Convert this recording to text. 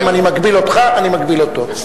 אם אני מגביל אותך אני מגביל אותו.